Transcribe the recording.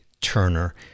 Turner